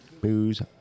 Booze